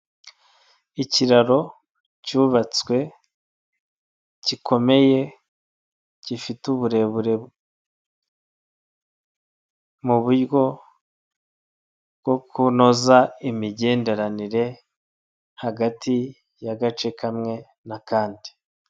Ikiraro cyubatswe gikomeye gifite uburebure mu buryo bwo kunoza imigenderanire hagati y'agace kamwe, n'akandi.